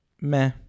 meh